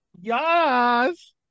yes